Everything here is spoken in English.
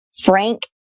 Frank